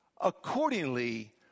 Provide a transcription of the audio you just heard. accordingly